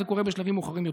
זה קורה בשלבים מאוחרים יותר.